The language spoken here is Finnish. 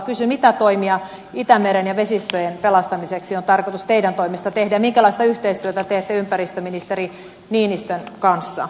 kysyn mitä toimia itämeren ja vesistöjen pelastamiseksi on tarkoitus teidän toimestanne tehdä ja minkälaista yhteistyötä teette ympäristöministeri niinistön kanssa